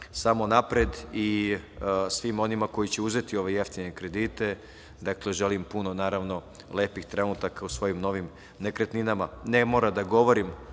samo napred. Svima onima koji će uzeti ove jeftine kredite želim puno lepih trenutaka u svojim novim nekretninama. Ne moram da govorim